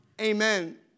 amen